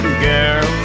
girl